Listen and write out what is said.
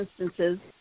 instances